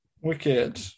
Wicked